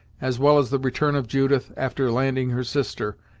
as well as the return of judith after landing her sister,